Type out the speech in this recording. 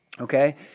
okay